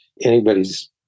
anybody's